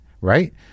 Right